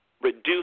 reduce